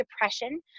depression